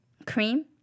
cream